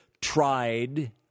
tried